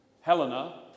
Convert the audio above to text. Helena